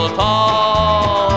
tall